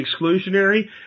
exclusionary